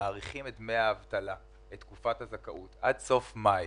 שמאריכים את תקופת הזכאות לדמי אבטלה עד סוף מאי.